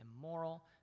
immoral